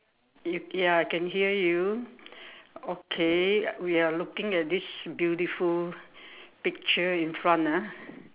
you ya can hear you okay we are looking at this beautiful picture in front ah